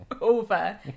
over